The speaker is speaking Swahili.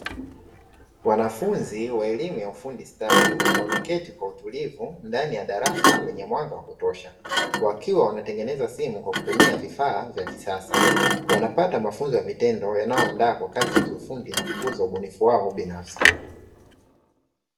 Wanafunzi wa elimu ya ufundi stadi, wameketi kwa utulivu ndani ya darasa lenye mwanga wa kutosha, wakiwa wanatengeneza simu kwa kutumia vifaa vya kisasa. Wanapata mafunzo ya vitendo, yanayowaandaa kwa kazi za kiufundi na kukuza ubunifu wao binafsi.